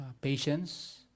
patience